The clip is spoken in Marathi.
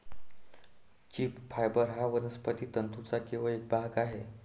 लीफ फायबर हा वनस्पती तंतूंचा केवळ एक भाग आहे